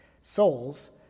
souls